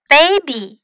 Baby